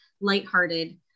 lighthearted